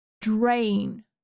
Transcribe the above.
drain